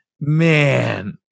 Man